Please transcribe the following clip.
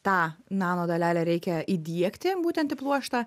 tą nanodalelę reikia įdiegti būtent į pluoštą